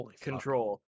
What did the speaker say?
control